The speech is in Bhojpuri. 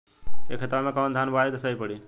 ए खेतवा मे कवन धान बोइब त सही पड़ी?